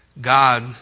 God